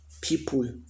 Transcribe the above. people